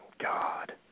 God